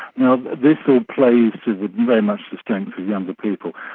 now, this all plays to very much the strength of younger people.